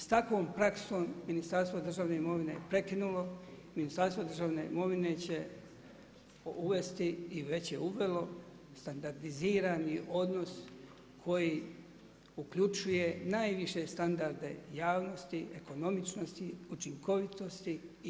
S takvom praksom Ministarstvo državne imovine je prekinulo, Ministarstvo državne imovine će uvesti i već je uvelo standardizirani odnos koji uključuje najviše standarde javnosti, ekonomičnosti, učinkovitosti i etičnosti.